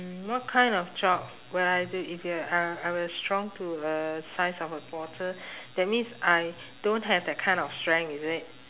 mm what kind of job will I do if you were I I was shrunk to a size of a quarter that means I don't have that kind of strength is it